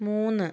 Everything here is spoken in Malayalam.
മൂന്ന്